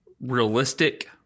realistic